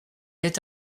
est